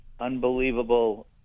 Unbelievable